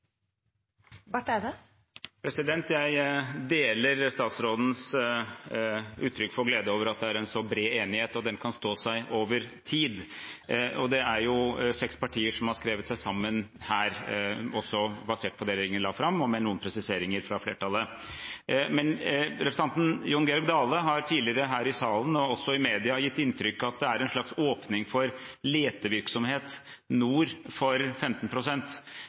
en så bred enighet, og at den kan stå seg over tid. Seks partier har skrevet seg sammen her, basert på det regjeringen la fram, med noen presiseringer fra flertallet. Men representanten Jon Georg Dale har tidligere her i salen, og også i media, gitt inntrykk av at det er en slags åpning for letevirksomhet nord for